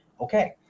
Okay